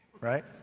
right